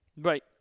Right